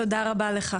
תודה רבה לך.